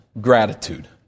gratitude